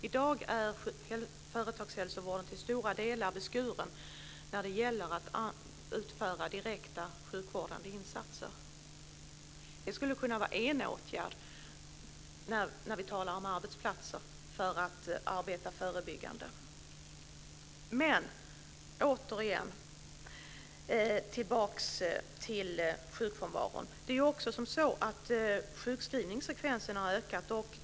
I dag är företagshälsovården till stora delar beskuren när det gäller att utföra direkta sjukvårdande insatser. Det skulle kunna vara en åtgärd - när vi talar om arbetsplatser - för att man ska kunna arbeta förebyggande. Men jag ska återigen gå tillbaka till sjukfrånvaron. Sjukskrivningsfrekvensen har också ökat.